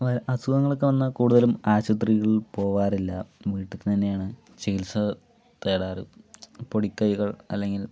അസുഖങ്ങളൊക്കെ വന്നാൽ കൂടുതലും ആശുപത്രികളിൽ പോകാറില്ല വീട്ടിൽ തന്നെയാണ് ചികിത്സ തേടാറ് പൊടിക്കൈകൾ അല്ലെങ്കിൽ